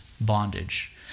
bondage